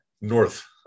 north